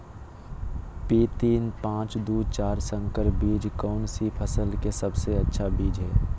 P तीन पांच दू चार संकर बीज कौन सी फसल का सबसे अच्छी बीज है?